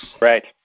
Right